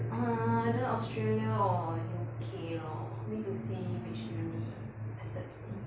err either australia or U_K lor need to see which uni accepts me